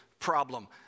problem